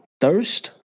thirst